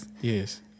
Yes